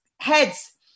heads